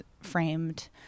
framed